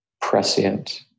prescient